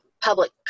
public